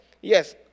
yes